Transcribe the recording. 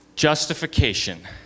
justification